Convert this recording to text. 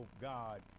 God